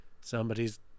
somebody's